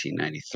1993